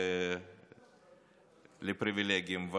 לפריבילגים.